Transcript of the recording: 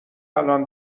الان